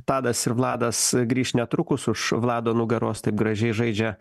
tadas ir vladas grįš netrukus už vlado nugaros taip gražiai žaidžia